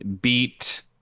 beat